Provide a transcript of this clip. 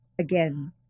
again